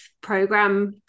program